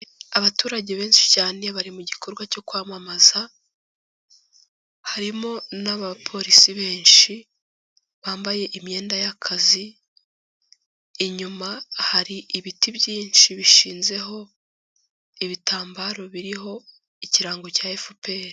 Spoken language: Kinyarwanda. Abaturage benshi cyane bari mu gikorwa cyo kwamamaza, harimo n'abapolisi benshi bambaye imyenda y'akazi, inyuma hari ibiti byinshi bishinzeho, ibitambaro biriho ikirango cya Efuperi.